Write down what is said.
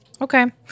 Okay